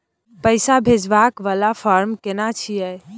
पैसा भेजबाक वाला फारम केना छिए?